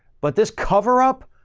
but this cover up.